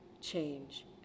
change